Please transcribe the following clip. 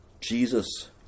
Jesus